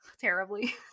terribly